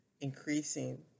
increasing